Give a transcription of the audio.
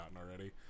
already